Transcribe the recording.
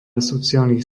sociálnych